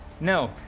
No